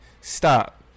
Stop